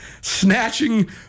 snatching